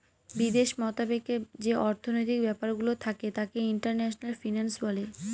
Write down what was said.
বিদেশ মতাবেকে যে অর্থনৈতিক ব্যাপারগুলো থাকে তাকে ইন্টারন্যাশনাল ফিন্যান্স বলে